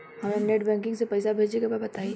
हमरा net banking से पईसा भेजे के बा बताई?